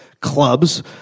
clubs